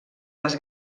les